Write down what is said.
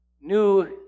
New